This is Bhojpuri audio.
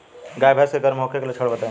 गाय भैंस के गर्म होखे के लक्षण बताई?